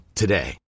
today